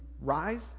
rise